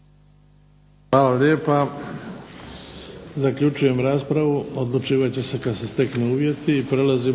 Hvala lijepa. Zaključujem raspravu. Odlučivat će se kada se steknu uvjeti.